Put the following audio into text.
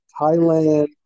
Thailand